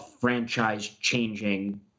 franchise-changing